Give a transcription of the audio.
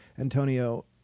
Antonio